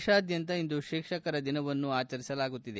ದೇಶಾದ್ಯಂತ ಇಂದು ಶಿಕ್ಷಕರ ದಿನಾಚರಣೆಯನ್ನು ಆಚರಿಸಲಾಗುತ್ತಿದೆ